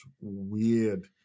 weird